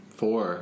four